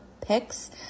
picks